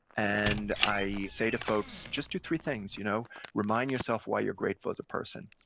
and i say to folks, just do three things. you know remind yourself why you're grateful as a person.